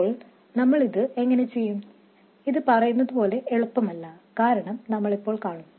ഇപ്പോൾ നമ്മൾ ഇത് എങ്ങനെ ചെയ്യും ഇത് പറയുന്നതുപോലെ എളുപ്പമല്ല കാരണം നമ്മൾ ഇപ്പോൾ കാണും